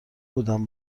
بودم